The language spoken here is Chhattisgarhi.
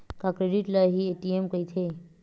का क्रेडिट ल हि ए.टी.एम कहिथे?